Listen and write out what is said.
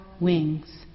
wings